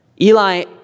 Eli